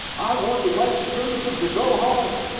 i want the white supremacists to go home.